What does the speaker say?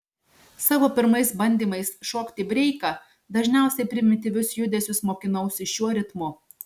savo pirmais bandymais šokti breiką dažniausiai primityvius judesius mokinausi šiuo ritmu